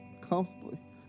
comfortably